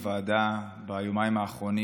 והועברה לוועדה מיוחדת לדיון בהצעת חוק-יסוד: